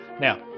Now